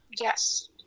Yes